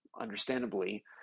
understandably